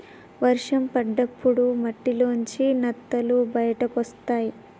వర్షం పడ్డప్పుడు మట్టిలోంచి నత్తలు బయటకొస్తయ్